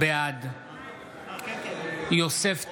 בעד יוסף טייב,